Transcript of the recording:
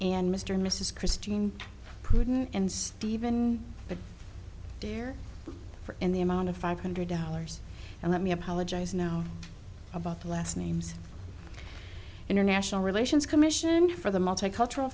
and mr and mrs christine prudent and stephen but here in the amount of five hundred dollars and let me apologize now about the last names international relations commission for the multicultural